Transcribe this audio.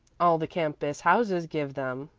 all the campus houses give them,